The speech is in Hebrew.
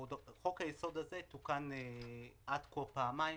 חוק היסוד הזה תוקן עד כה פעמיים